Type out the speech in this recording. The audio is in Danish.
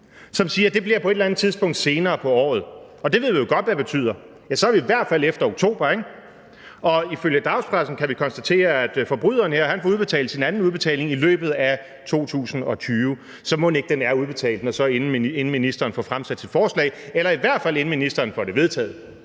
som siger, at det bliver på et eller andet tidspunkt senere på året, og det ved vi jo godt hvad betyder: Ja, så er vi i hvert fald efter oktober, ikke? Og ifølge dagspressen kan vi konstatere, at forbryderen her får udbetalt sin anden udbetaling i løbet af 2020. Så mon ikke den er udbetalt, inden ministeren får fremsat sit forslag, eller i hvert fald inden ministeren får det vedtaget?